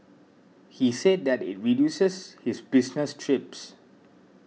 he said that it reduces his business trips